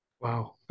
wow